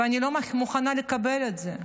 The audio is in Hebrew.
ואני לא מוכנה לקבל את זה.